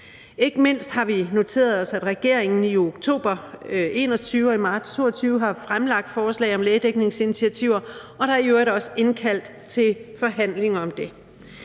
Ikke mindst har vi noteret os, at regeringen i oktober 2021 og i marts 2022 har fremlagt forslag om lægedækningsinitiativer, og der er i øvrigt også indkaldt til forhandlinger om det.